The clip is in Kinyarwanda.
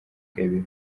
gabiro